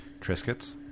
Triscuits